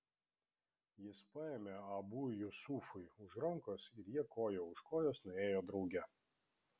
jis paėmė abu jusufui už rankos ir jie koja už kojos nuėjo drauge